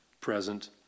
present